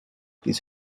bis